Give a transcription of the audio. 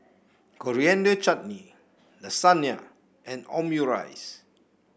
Coriander Chutney Lasagne and Omurice